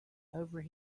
over